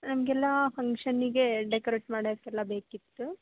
ನಮಗೆಲ್ಲ ಫಂಕ್ಷನ್ನಿಗೆ ಡೆಕೋರೇಟ್ ಮಾಡೋಕ್ಕೆಲ್ಲಾ ಬೇಕಿತ್ತು